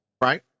right